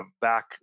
back